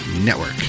network